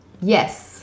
Yes